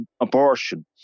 abortion